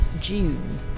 June